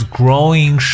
growing